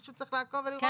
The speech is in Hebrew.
מישהו צריך לעקוב ולראות.